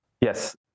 Yes